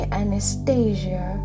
anastasia